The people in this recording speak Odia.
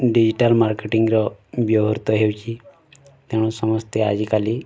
ଡିଜିଟାଲ ମାର୍କେଟିଂର ବ୍ୟବହୃତ ହେଉଛି ତେଣୁ ସମସ୍ତେ ଆଜିକାଲି